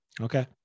Okay